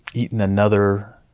eaten another